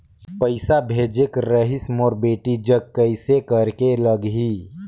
पइसा भेजेक रहिस मोर बेटी जग कइसे करेके लगही?